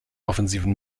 offensiven